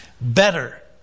Better